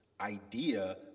idea